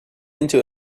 into